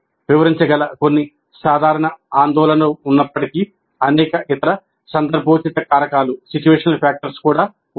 వివరించగల కొన్ని సాధారణ ఆందోళనలు ఉన్నప్పటికీ అనేక ఇతర సందర్భోచిత కారకాలు ఉన్నాయి